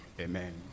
amen